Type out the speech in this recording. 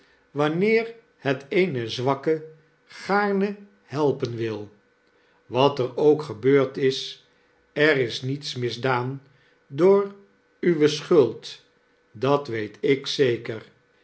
wanneer het eene zwakke gaarne helpen wil wat er ook gebeurd is er is niets misdaan door uwe schuld dat weet ik zeker